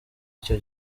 icyo